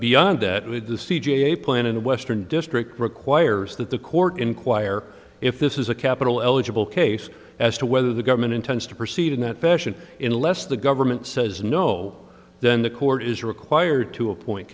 beyond that with the c g a plan in the western district requires that the court inquire if this is a capital eligible case as to whether the government intends to proceed in that fashion in unless the government says no then the court is required to appoint